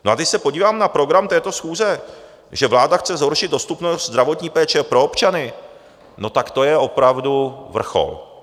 A když se podívám na program této schůze, že vláda chce zhoršit dostupnost zdravotní péče pro občany, no tak to je opravdu vrchol.